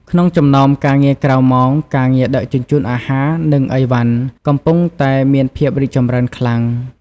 ក្នុងចំណោមការងារក្រៅម៉ោង ការងារដឹកជញ្ជូនអាហារ និងអីវ៉ាន់ កំពុងតែមានភាពរីកចម្រើនខ្លាំង។